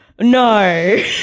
no